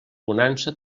bonança